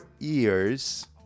ears